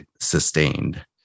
sustained